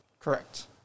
Correct